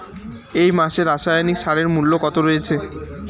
এই মাসে রাসায়নিক সারের মূল্য কত রয়েছে?